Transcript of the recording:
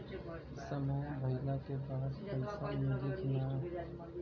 समय भइला के बाद पैसा मिली कि ना?